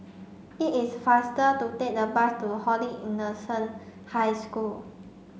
it is faster to take the bus to Holy Innocent High School